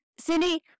Cindy